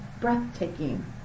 breathtaking